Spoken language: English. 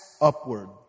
upward